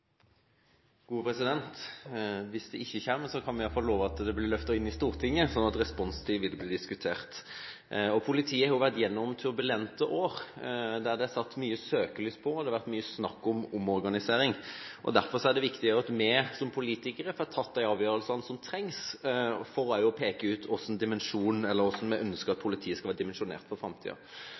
Hvis det ikke kommer, kan vi i hvert fall love at det blir løftet inn i Stortinget, sånn at responstid vil bli diskutert. Politiet har vært gjennom turbulente år, og det er satt mye søkelys og har vært mye snakk om omorganisering. Derfor er det viktig at vi som politikere får tatt de avgjørelsene som trengs for å peke ut hvordan vi ønsker at politiet skal være dimensjonert for framtida.